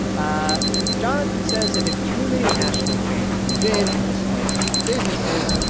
ah jonathan says that if too many national chains move in and displace small businesses,